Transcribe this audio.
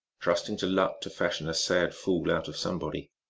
trust ing to luck to fashion a sad fool out of somebody.